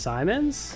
Simons